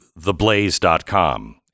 theblaze.com